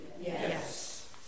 yes